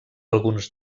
alguns